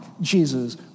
Jesus